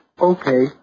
Okay